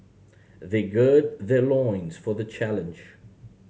they gird their loins for the challenge